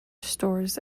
stores